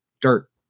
dirt